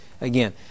Again